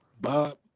Bob